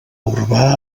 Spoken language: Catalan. urbà